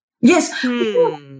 Yes